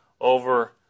over